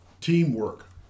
teamwork